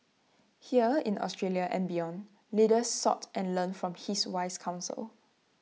here in Australia and beyond leaders sought and learned from his wise counsel